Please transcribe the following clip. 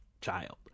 child